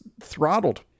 throttled